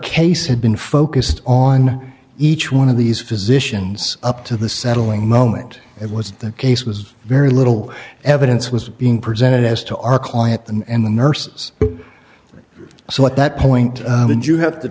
case had been focused on each one of these physicians up to the settling moment it was the case was very little evidence was being presented as to our client and the nurses so at that point in june have to